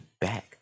back